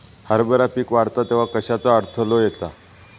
हरभरा पीक वाढता तेव्हा कश्याचो अडथलो येता?